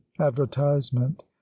advertisement